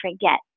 forget